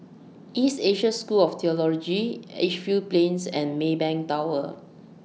East Asia School of Theology Edgefield Plains and Maybank Tower